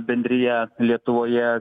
bendriją lietuvoje